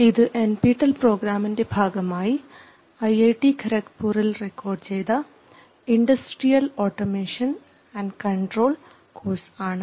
ഇത് NPTEL പ്രോഗ്രാമിൻറെ ഭാഗമായി ഐഐടി ഖരക്പൂരിൽ റെക്കോർഡ് ചെയ്ത industrial automation and control course ആണ്